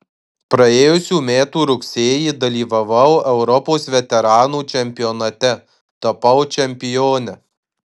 praėjusių metų rugsėjį dalyvavau europos veteranų čempionate tapau čempione